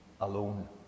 alone